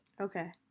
okay